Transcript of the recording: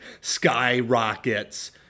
skyrockets